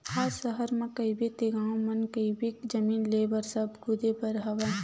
आज सहर म कहिबे ते गाँव म कहिबे जमीन लेय बर सब कुदे परत हवय